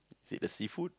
is it the seafood